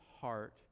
heart